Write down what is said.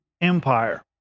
empire